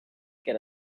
get